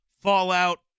Fallout